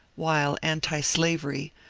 while antblavery,